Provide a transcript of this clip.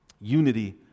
Unity